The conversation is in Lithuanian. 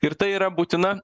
ir tai yra būtina